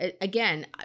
again